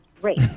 great